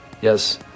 Yes